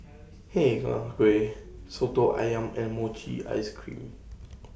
Hi Kak Kuih Soto Ayam and Mochi Ice Cream